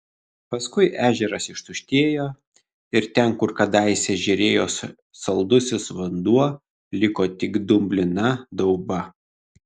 paskui ežeras ištuštėjo ir ten kur kadaise žėrėjo saldusis vanduo liko tik dumblina dauba